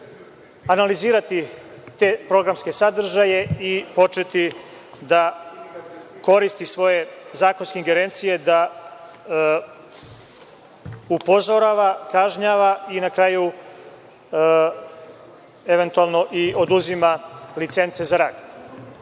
analizirati te programske sadržaje i početi da koristi svoje zakonske ingerencije, da upozorava, kažnjava i na kraju eventualno i oduzima licence za rad.